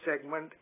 segment